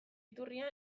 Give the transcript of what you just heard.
iturria